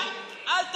סוריה וחיזבאללה,